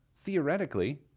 theoretically